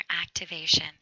Activation